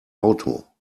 auto